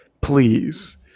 please